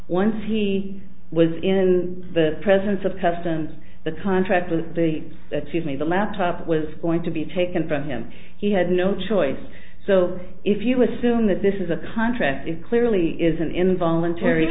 once he was in the presence of customs the contract with the that she'd made the laptop was going to be taken from him he had no choice so if you assume that this is a contract it clearly isn't involuntary